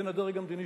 בין הדרג המדיני,